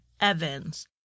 Evans